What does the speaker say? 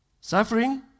Suffering